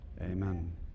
Amen